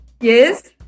Yes